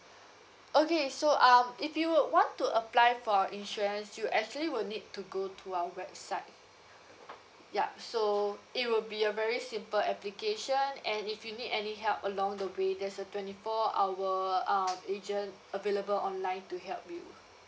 okay so um if you'd want to apply for our insurance you actually will need to go to our website yup so it will be a very simple application and if you need any help along the way there's a twenty four hour uh agent available online to help you